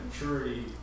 maturity